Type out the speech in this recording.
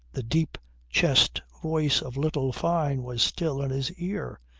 the deep chest voice of little fyne was still in his ear.